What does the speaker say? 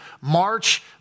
March